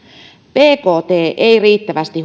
bkt ei riittävästi